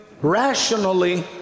rationally